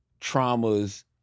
traumas